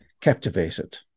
captivated